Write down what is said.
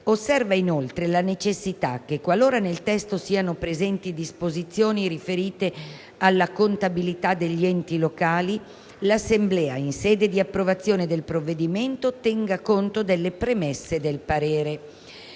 osserva inoltre la necessità che, qualora nel testo siano presenti disposizioni riferite alla contabilità degli enti locali, l'Assemblea, in sede di approvazione del provvedimento, tenga conto delle premesse del parere.